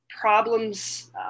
problems